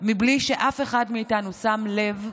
בלי שאף אחד מאיתנו שם לב,